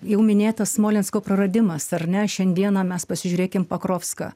jau minėtas smolensko praradimas ar ne šiandieną mes pasižiūrėkim pakrovską